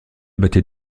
battait